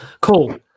Cool